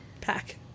pack